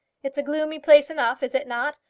it's a gloomy place enough is it not?